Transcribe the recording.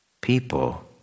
people